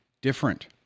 different